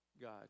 God